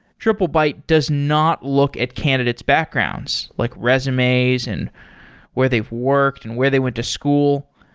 triplebyte does not look at candidate's backgrounds, like resumes and where they've worked and where they went to school.